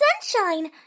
sunshine